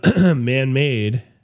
man-made